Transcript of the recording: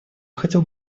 хотел